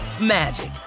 magic